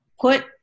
put